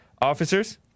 officers